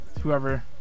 Whoever